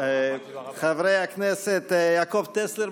חבר הכנסת יעקב טסלר,